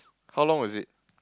how long was it